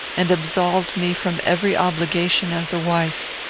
and absolved me from every obligation as a wife.